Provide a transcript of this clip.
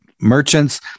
merchants